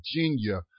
Virginia